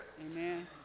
Amen